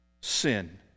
sin